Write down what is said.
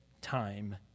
time